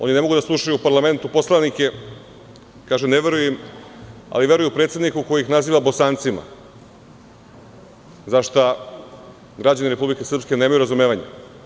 Oni ne mogu da slušaju u parlamentu poslanike, kažu – ne veruju im, ali veruju predsedniku koji ih naziva Bosancima, za šta građani Republike Srpske nemaju razumevanje.